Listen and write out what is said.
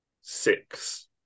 six